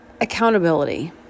Accountability